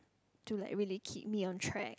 to like really keep me on track